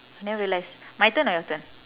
I never realise my turn or your turn